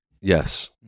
Yes